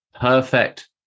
perfect